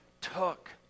took